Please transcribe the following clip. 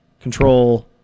control